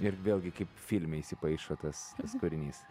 ir vėlgi kaip filme įsipaišo tas kūrinys